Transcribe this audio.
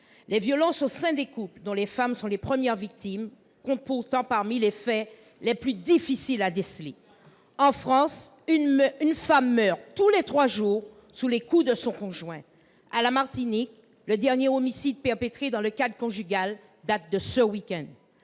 Les violences au sein des couples, dont les femmes sont les premières victimes, comptent toutefois parmi les faits les plus difficiles à déceler. En France, tous les trois jours, une femme meurt sous les coups de son conjoint. À la Martinique, le dernier homicide perpétré dans le cadre conjugal date de ce week-end